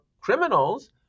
criminals